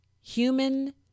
human